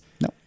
no